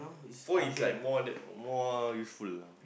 phone is like more than more useful lah